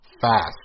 fast